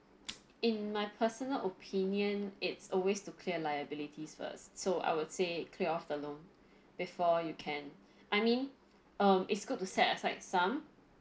in my personal opinion it's always to clear liabilities first so I would say clear off the loan before you can I mean um it's good to set aside some